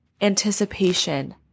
anticipation